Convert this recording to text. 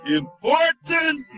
important